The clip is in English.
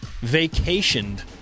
vacationed